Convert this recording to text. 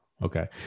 Okay